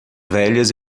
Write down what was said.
velhas